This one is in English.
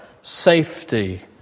safety